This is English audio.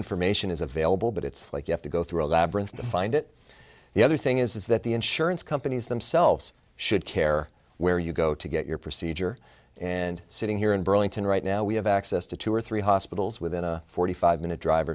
information is available but it's like you have to go through a labyrinth to find it the other thing is that the insurance companies themselves should care where you go to get your procedure and sitting here in burlington right now we have access to two or three hospitals within a forty five minute drive